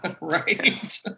Right